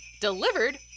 Delivered